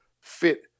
fit